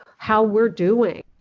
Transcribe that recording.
how we're doing.